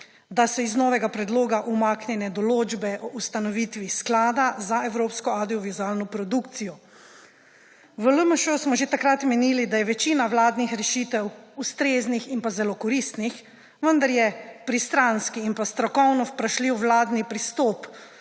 da so iz novega predloga umaknjene določbe o ustanovitvi sklada za evropsko avdiovizualno produkcijo. V LMŠ smo že takrat menili, da je večina vladnih rešitev ustrezna in zelo koristna, vendar je pristranski in strokovno vprašljiv vladni pristop